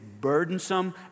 burdensome